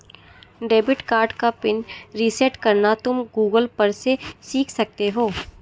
debit card का pin reset करना तुम गूगल पर से सीख सकते हो